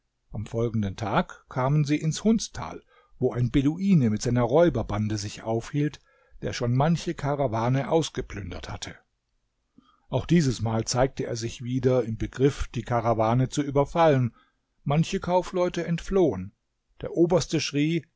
am folgenden tag kamen sie ins hundstal wo ein beduine mit seiner räuberbande sich aufhielt der schon manche karawane ausgeplündert hatte auch dieses mal zeigte er sich wieder im begriff die karawane zu überfallen manche kaufleute entflohen der oberste schrie